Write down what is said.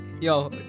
Yo